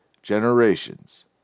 generations